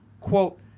quote